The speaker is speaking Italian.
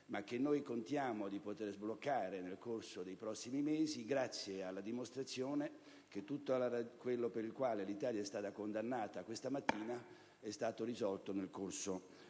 che noi contiamo, però, di poter sbloccare nel corso dei prossimi mesi grazie alla dimostrazione che tutto quello per il quale l'Italia è stata condannata questa mattina è stato risolto nel corso